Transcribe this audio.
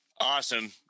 Awesome